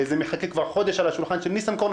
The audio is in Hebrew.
זה מחכה כבר חודש על שולחנו של ניסנקורן,